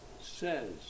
says